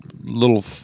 little